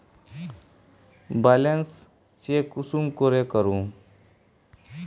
Balance check कुंसम करे करूम?